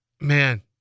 man